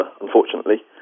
unfortunately